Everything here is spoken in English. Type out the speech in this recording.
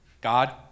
God